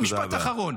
משפט אחרון.